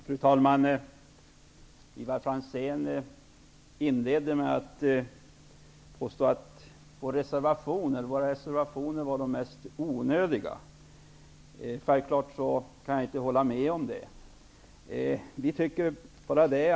Fru talman! Ivar Franzén inledde med att påstå att våra reservationer är helt onödiga. Självfallet kan jag inte hålla med om det.